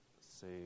say